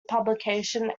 publication